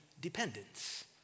dependence